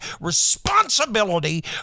responsibility